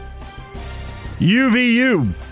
UVU